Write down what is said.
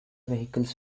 vehicles